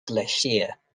glacier